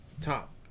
top